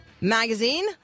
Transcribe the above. Magazine